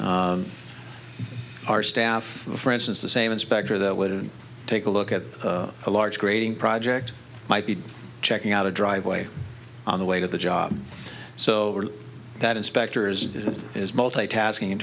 our staff for instance the same inspector that would take a look at a large grading project might be checking out a driveway on the way to the job so that inspectors does it is multi tasking in